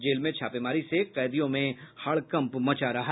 jail में छापेमारी से कैदियों में हड़कंप मचा रहा